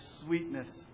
sweetness